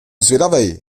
zvědavej